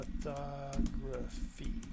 photography